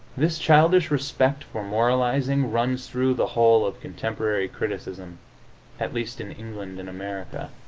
this childish respect for moralizing runs through the whole of contemporary criticism at least in england and america.